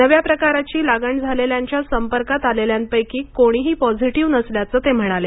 नव्या प्रकाराची लागण झालेल्यांच्या संपर्कात आलेल्यांपैकी कोणीही पॉझिटिव्ह नसल्याचं ते म्हणाले